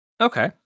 Okay